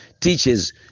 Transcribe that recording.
teaches